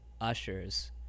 ushers